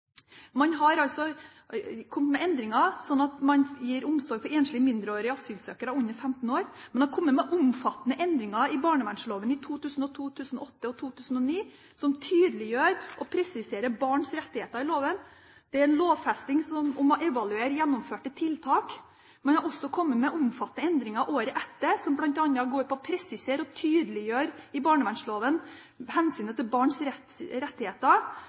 Man har kommet med endringer for å gi omsorg til enslige mindreårige asylsøkere under 15 år. Man har kommet med omfattende endringer i barnevernsloven i 2000, 2008 og 2009 som tydeliggjør og presiserer barns rettigheter i loven. Det er lovfestet å evaluere gjennomførte tiltak. Man kom også med omfattende endringer året etter, som bl.a. går på å presisere og tydeliggjøre hensynet til barns rettigheter